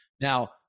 now